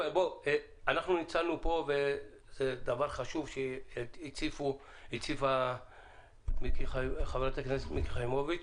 אנחנו ניצלנו פה וזה דבר חשוב שהציפה חברת הכנסת מיקי חיימוביץ',